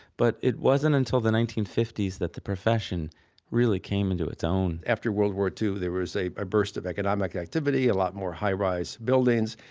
but it wasn't until the nineteen fifty s that the profession really came into its own after world war ii there was a burst of economic activity, a lot more high rise buildings,